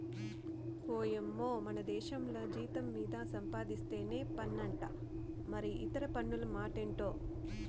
ఓయమ్మో మనదేశంల జీతం మీద సంపాధిస్తేనే పన్నంట మరి ఇతర పన్నుల మాటెంటో